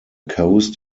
coast